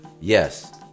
yes